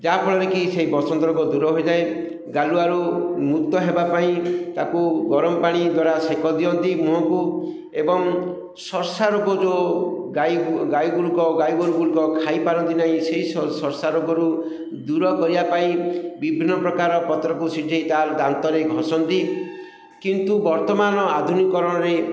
ଯାହାଫଳରେ କି ସେଇ ବସନ୍ତ ରୋଗ ଦୂର ହୋଇଯାଏ ଗାଲୁଆରୁ ମୁକ୍ତ ହେବା ପାଇଁ ତାକୁ ଗରମ ପାଣି ଦ୍ୱାରା ସେକ ଦିଅନ୍ତି ମୁହଁକୁ ଏବଂ ସର୍ଷା ରୋଗ ଯେଉଁ ଗାଈ ଗାଈ ଗୁଡ଼ିକ ଗାଈ ଗୋରୁ ଗୁଡ଼ିକ ଖାଇପାରନ୍ତି ନାହିଁ ସେଇ ସର୍ଷା ରୋଗରୁ ଦୂର କରିବା ପାଇଁ ବିଭିନ୍ନ ପ୍ରକାର ପତ୍ରକୁ ସିଝାଇ ଦାନ୍ତରେ ଘଷନ୍ତି କିନ୍ତୁ ବର୍ତ୍ତମାନ ଆଧୁନିକରଣରେ